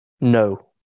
No